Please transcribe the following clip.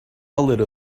little